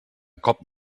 cop